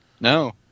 no